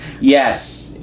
yes